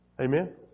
Amen